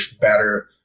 better